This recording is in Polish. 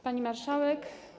Pani Marszałek!